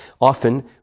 Often